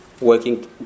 working